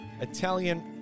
Italian